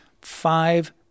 five